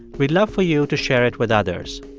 we'd love for you to share it with others.